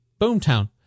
Boomtown